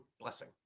blessing